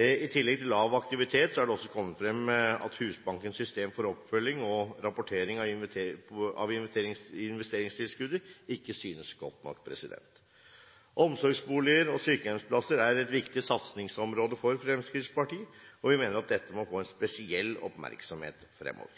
I tillegg til lav aktivitet er det kommet frem at Husbankens system for oppfølging og rapportering av investeringstilskuddet ikke synes godt nok. Omsorgsboliger og sykehjemsplasser er et viktig satsingsområde for Fremskrittspartiet, og vi mener at dette må få spesiell oppmerksomhet fremover.